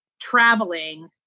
traveling